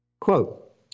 Quote